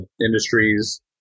industries